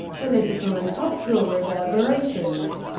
political and cultural reverberations